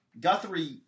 Guthrie